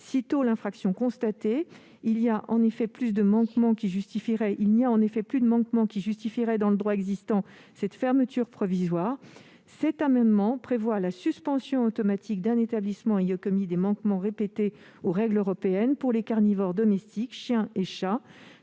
Sitôt l'infraction constatée, il n'y a plus de manquement qui justifierait, dans le droit existant, cette fermeture provisoire. C'est la raison pour laquelle cet amendement tend à prévoir la suspension automatique d'un établissement ayant commis des manquements répétés aux règles européennes sur les carnivores domestiques, chiens et chats.